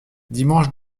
dimanche